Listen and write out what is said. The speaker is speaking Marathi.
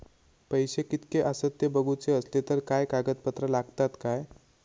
पैशे कीतके आसत ते बघुचे असले तर काय कागद पत्रा लागतात काय?